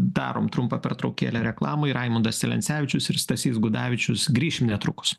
darom trumpą pertraukėlę reklamai raimundas celencevičius ir stasys gudavičius grįšim netrukus